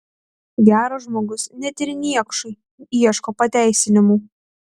geras žmogus net ir niekšui ieško pateisinimų